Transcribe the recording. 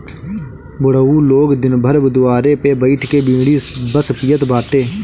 बुढ़ऊ लोग दिन भर दुआरे पे बइठ के बीड़ी बस पियत बाटे